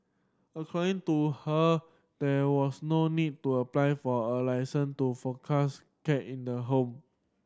according to her there was no need to apply for a licence to foster cat in the home